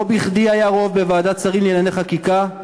לא בכדי היה רוב בוועדת שרים לענייני חקיקה,